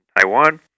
Taiwan